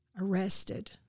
arrested